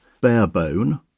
Barebone